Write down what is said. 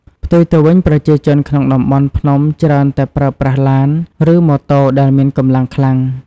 ផ្ទុយទៅវិញ ប្រជាជនក្នុងតំបន់ភ្នំច្រើនតែប្រើប្រាស់ឡាន ឬម៉ូតូដែលមានកម្លាំងខ្លាំង។